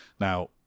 Now